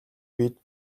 биед